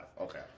okay